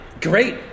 Great